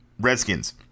Redskins